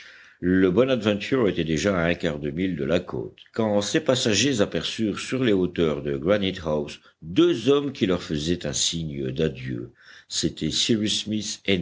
le bonadventure était déjà à un quart de mille de la côte quand ses passagers aperçurent sur les hauteurs de granite house deux hommes qui leur faisaient un signe d'adieu c'étaient cyrus